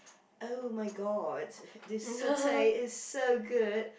oh-my-god this satay is so good